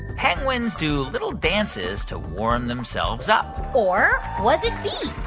penguins do little dances to warm themselves up? or was it b,